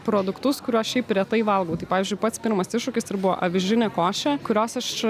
produktus kuriuos šiaip retai valgau tai pavyzdžiui pats pirmas iššūkis tai ir buvo avižinė košė kurios aš